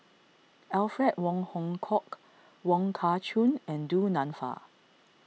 Alfred Wong Hong Kwok Wong Kah Chun and Du Nanfa